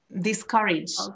discourage